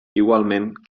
igualment